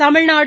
Tamil Nadu